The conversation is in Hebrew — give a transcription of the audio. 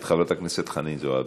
את חברת הכנסת חנין זועבי.